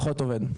פחות עובד.